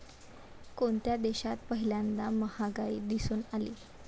कोणत्या देशात पहिल्यांदा महागाई दिसून आली?